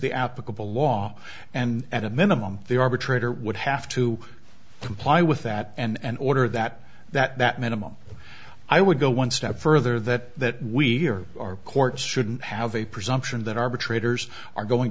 the applicable law and at a minimum they arbitrator would have to comply with that and order that that minimum i would go one step further that we here our court shouldn't have a presumption that arbitrators are going